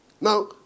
Now